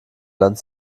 land